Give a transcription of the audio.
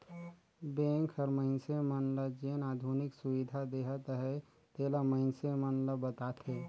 bank हर मइनसे मन ल जेन आधुनिक सुबिधा देहत अहे तेला मइनसे मन ल बताथे